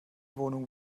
wohnung